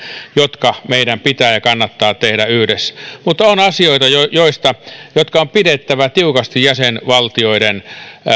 jotka meidän pitää ja kannattaa tehdä yhdessä mutta on asioita jotka on pidettävä tiukasti jäsenvaltioiden